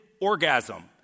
orgasm